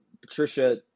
Patricia